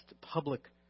public